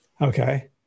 Okay